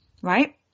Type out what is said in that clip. right